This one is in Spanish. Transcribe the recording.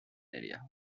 ella